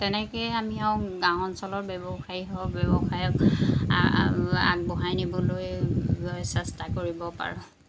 তেনেকেই আমি হওক গাঁও অঞ্চলৰ ব্যৱসায়ী হওক ব্যৱসায়ক আগবঢ়াই নিবলৈ চেষ্টা কৰিব পাৰোঁ